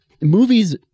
movies